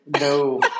no